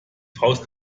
faust